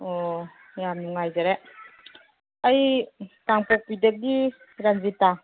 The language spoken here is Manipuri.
ꯑꯣ ꯌꯥꯝ ꯅꯨꯡꯉꯥꯏꯖꯔꯦ ꯑꯩ ꯀꯥꯡꯄꯣꯛꯄꯤꯗꯒꯤ ꯔꯟꯖꯤꯇꯥ